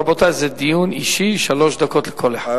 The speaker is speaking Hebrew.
רבותי, זה דיון אישי, שלוש דקות לכל אחד.